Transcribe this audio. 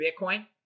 Bitcoin